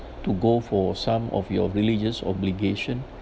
to go for some of your religious obligation